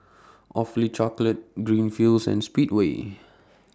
Awfully Chocolate Greenfields and Speedway